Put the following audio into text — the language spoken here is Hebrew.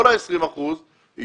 כל ה-20 אחוזים,